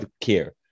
care